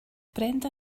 brenda